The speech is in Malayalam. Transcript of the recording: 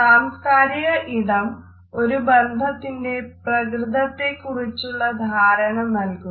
സാംസ്കാരിക ഇടം ഒരു ബന്ധത്തിന്റെ പ്രകൃതത്തെക്കുറിച്ചുള്ള ധാരണ നല്കുന്നു